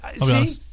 see